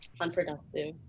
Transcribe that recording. unproductive